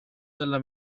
della